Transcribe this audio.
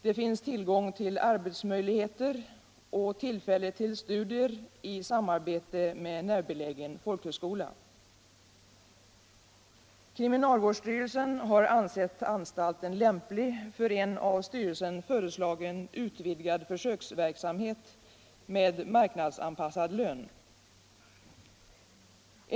Det finns tillgång till arbete och tillfälle till studier i samarbete med närbelägen folkhögskola. Kriminalvårdsstyrelsen har ansett anstalten lämplig för en av styrelsen föreslagen utvidgad försöksverksamhet med marknadsanpassad lön.